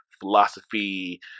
philosophy